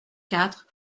quatre